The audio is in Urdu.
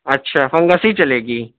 اچھا پنگس ہی چلے گی